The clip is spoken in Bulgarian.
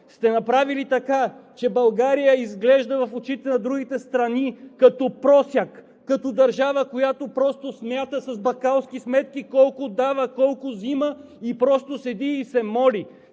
сте направили така, че България изглежда като просяк в очите на другите страни, като държава, която просто смята с бакалски сметки колко дава, колко взима и просто седи и се моли